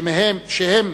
שהם